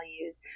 values